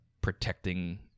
protecting